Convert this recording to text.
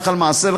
הלכה למעשה,